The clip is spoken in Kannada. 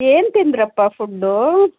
ಏನು ತಿಂದ್ರಪ್ಪ ಫುಡ್ಡೂ